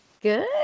Good